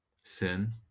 sin